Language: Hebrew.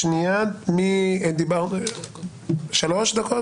מי יכול לדבר פחות משלוש דקות?